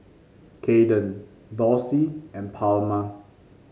Kayden Dorsey and Palma